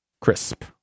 Crisp